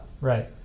Right